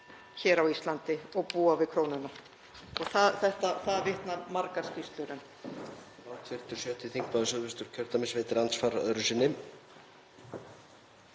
hér á Íslandi og búa við krónuna. Það vitna margar skýrslur um.